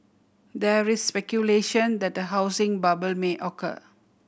there is speculation that a housing bubble may occur